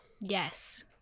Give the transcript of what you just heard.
yes